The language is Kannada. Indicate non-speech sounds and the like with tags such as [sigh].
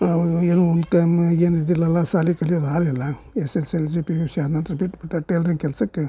ಅವನು ಏನು [unintelligible] ಏನು ಇದಿಲ್ಲಲ್ಲ ಶಾಲೆ ಕಲಿಯೋದು ಆಗ್ಲಿಲ್ಲ S S L C P U C ಆದ ನಂತರ ಬಿಟ್ಟುಬಿಟ್ಟ ಟೈಲ್ರಿಂಗ್ ಕೆಲಸಕ್ಕೆ